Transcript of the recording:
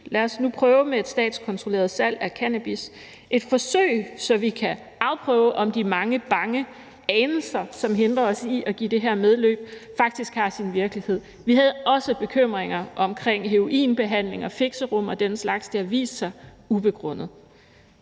Lad os nu prøve med et statskontrolleret salg af cannabis – et forsøg, så vi kan afprøve, om de mange bange anelser, som hindrer os i at give det her medløb, faktisk har sin rod i virkeligheden. Vi havde også bekymringer omkring heroinbehandling og fixerum og den slags, og det har vist sig at være ubegrundet.